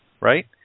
right